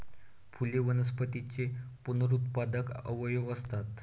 फुले वनस्पतींचे पुनरुत्पादक अवयव असतात